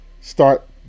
start